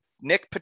Nick